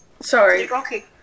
Sorry